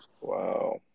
Wow